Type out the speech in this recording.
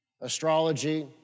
Astrology